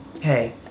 hey